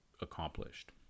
accomplished